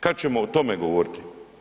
Kad ćemo o tome govoriti?